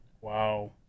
Wow